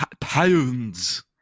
pounds